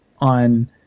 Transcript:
on